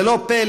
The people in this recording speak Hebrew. זה לא פלא,